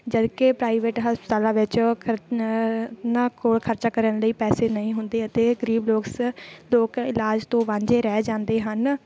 ਜਦੋਂ ਕਿ ਪ੍ਰਾਈਵੇਟ ਹਸਪਤਾਲਾਂ ਵਿੱਚ ਓਹ ਖਰ ਉਹਨਾਂ ਕੋਲ ਖਰਚਾ ਕਰਨ ਲਈ ਪੈਸੇ ਨਹੀਂ ਹੁੰਦੇ ਅਤੇ ਗਰੀਬ ਲੋਕਸ ਲੋਕ ਇਲਾਜ ਤੋਂ ਵਾਂਝੇ ਰਹਿ ਜਾਂਦੇ ਹਨ